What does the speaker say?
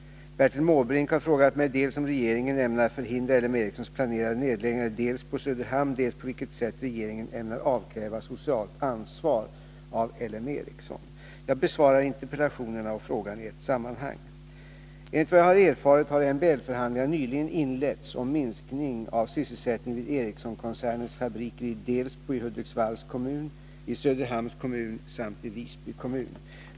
Bertil Måbrink har frågat mig dels om regeringen ämnar förhindra L M Ericssons planerade nedläggningar i Delsbo och Söderhamn, dels på vilket sätt regeringen ämnar avkräva socialt ansvar av L M Ericsson. Jag besvarar interpellationerna och frågan i ett sammanhang. Enligt vad jag har erfarit har MBL-förhandlingar nyligen inletts om minskning av sysselsättningen vid Ericssonkoncernens fabriker i Delsbo i Hudiksvalls kommun, i Söderhamns kommun samt i Visby kommun.